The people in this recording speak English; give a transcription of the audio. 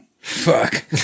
Fuck